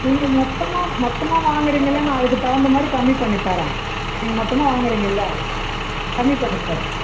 நீங்கள் மொத்தமாக மொத்தமாக வாங்கறீங்கல்ல நான் அதுக்குத் தகுந்த மாதிரி கம்மி பண்ணித் தர்றேன் நீங்கள் மொத்தமாக வாங்கறீங்கல்ல கம்மி பண்ணித் தர்றேன்